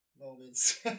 moments